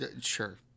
Sure